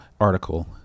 article